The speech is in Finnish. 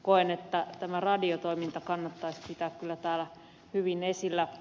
koen että tämä radiotoiminta kannattaisi pitää kyllä täällä hyvin esillä